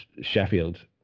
Sheffield